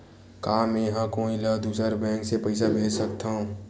का मेंहा कोई ला दूसर बैंक से पैसा भेज सकथव?